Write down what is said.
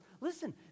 Listen